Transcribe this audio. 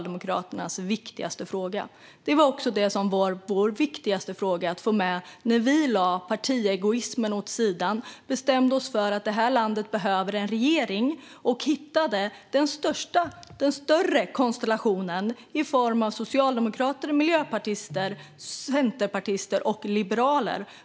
Det var också vår viktigaste fråga när vi lade partiegoismen åt sidan, bestämde oss för att det här landet behöver en regering och hittade den större konstellationen i form av socialdemokrater, miljöpartister, centerpartister och liberaler.